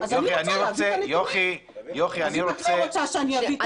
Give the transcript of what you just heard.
את לא רוצה שאני אביא את הנתונים?